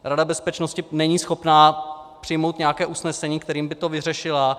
Rada bezpečnosti není schopná přijmout nějaké usnesení, kterým by to vyřešila.